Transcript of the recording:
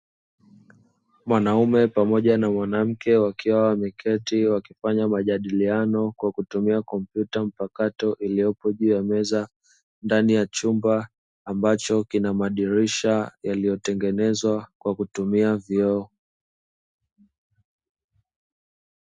Mwanaume pamoja na mwanamke wakiwa wameketi wakifanya majadiliano kwa kutumia kompyuta mpakato iliyopo juu ya meza ndani ya chumba ambacho kina madirisha yaliyotengenezwa kwa kutumia vioo.